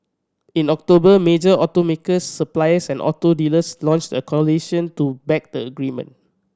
in October major automakers suppliers and auto dealers launched a coalition to back the agreement